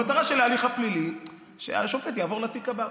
המטרה של ההליך הפלילי היא שהשופט יעבור לתיק הבא.